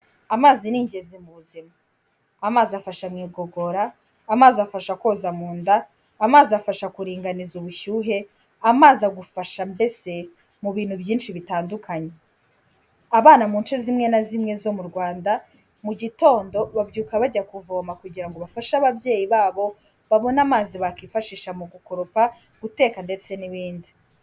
Amazi ni ingenzi mu buzima, amazi afasha mu igogora, amazi afasha koza mu nda, amazi afasha kuringaniza ubushyuhe, amazi agufasha mbese mu bintu byinshi bitandukanye. Abana mu nce zimwe na zimwe zo mu Rwanda, mugitondo babyuka bajya kuvoma kugira ngo bafashe ababyeyi babo, babone amazi bakifashisha mu gukoropa, guteka ndetse n'ibindi.